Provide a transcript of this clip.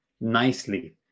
nicely